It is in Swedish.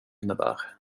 innebär